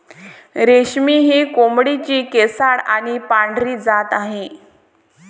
रेशमी ही कोंबडीची केसाळ आणि पांढरी जात आहे